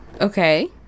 okay